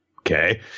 Okay